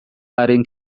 haren